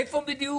כולנו